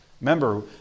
Remember